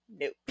nope